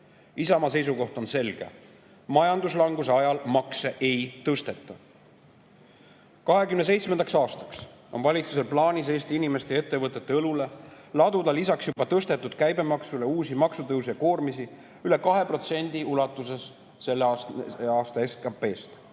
Isamaa seisukoht on selge: majanduslanguse ajal makse ei tõsteta. 2027. aastaks on valitsusel plaanis Eesti inimeste ja ettevõtete õlule laduda lisaks juba tõstetud käibemaksule uusi maksutõuse ja koormisi üle 2% ulatuses selle aasta SKP‑st.